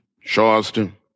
Charleston